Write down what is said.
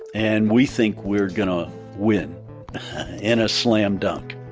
and we think we're going to win in a slam dunk.